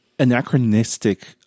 anachronistic